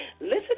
listen